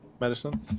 Medicine